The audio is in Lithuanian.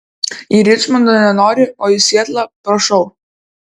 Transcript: į ričmondą nenori o į sietlą prašau